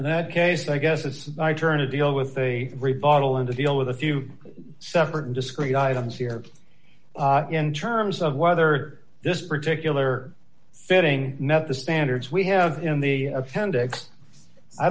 that case i guess it's my turn to deal with the rebottle and to deal with a few separate discrete items here in terms of whether this particular fitting not the standards we have in the appendix i